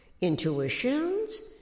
Intuitions